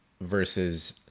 versus